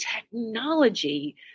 technology